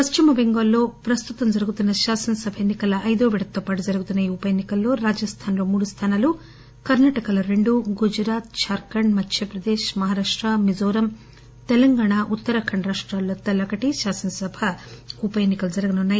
పశ్చిమ బెంగాల్లో ప్రస్తుతం జరుగుతున్న శాసనసభ ఎన్ని కల మూడో విడతతో పాటు జరుగుతున్న ఈ ఉపఎన్నికల్లో రాజస్థాన్లో మూడు స్థానాలు కర్నాటకలో రెండు గుజరాత్ జార్ఖండ్ మధ్యప్రదేశ్ మహారాష్ట మిజోరం తెలంగాణ ఉత్తరాఖండ్ రాష్ట్రాల్లో తలొకటి శాసనసభ ఉప ఎన్నికలు ఎదుర్కోనున్నాయి